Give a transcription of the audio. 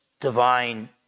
divine